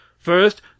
First